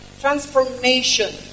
transformation